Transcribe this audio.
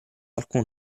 alcun